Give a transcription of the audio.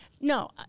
no